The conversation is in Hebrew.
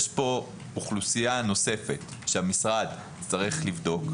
יש אוכלוסייה נוספת שהמשרד צריך לבדוק,